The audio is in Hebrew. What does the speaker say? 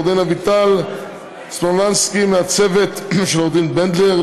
לעו"ד אביטל סומפולינסקי מהצוות של עו"ד בנדלר,